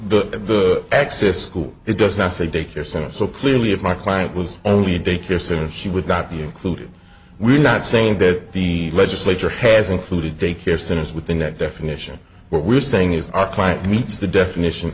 is the access school it does not say daycare center so clearly if my client was only a daycare center she would not be included we're not saying that the legislature has included daycare centers within that definition what we're saying is our client meets the definition